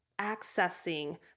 accessing